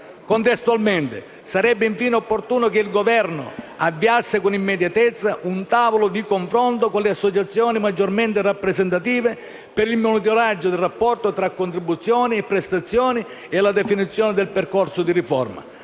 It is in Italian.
Contestualmente, sarebbe infine opportuno che il Governo avviasse con immediatezza un tavolo di confronto con le associazioni maggiormente rappresentative per il monitoraggio del rapporto tra contribuzioni e prestazioni e la definizione del percorso di riforma.